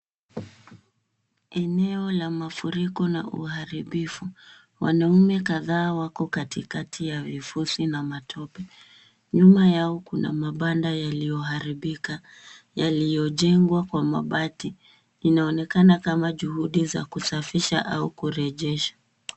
Eneo la mafuriko na uharibifu. Wanaume kadhaa wako katikati ya vifusi na matope. Nyuma yao kuna mabanda yaliyoharibika, yaliyojengwa kwa mabati. Inaonekana kama juhudi za kusafisha au kurejesha.